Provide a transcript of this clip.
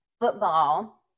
Football